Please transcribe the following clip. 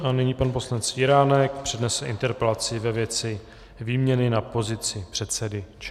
A nyní pan poslanec Jiránek přednese interpelaci ve věci výměny na pozici předsedy ČTÚ.